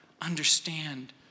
understand